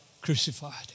crucified